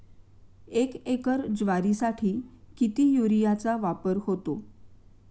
एक एकर ज्वारीसाठी किती युरियाचा वापर होतो?